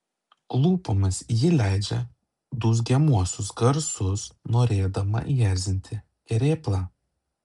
lūpomis ji leidžia dūzgiamuosius garsus norėdama įerzinti kerėplą